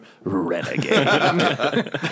renegade